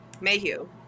Mayhew